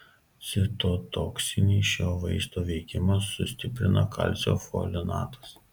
citotoksinį šio vaisto veikimą sustiprina kalcio folinatas